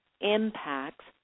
impacts